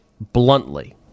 bluntly